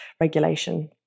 regulation